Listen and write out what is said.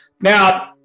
Now